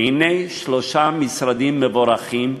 והנה שלושה משרדים מבורכים,